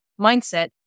mindset